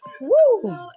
Woo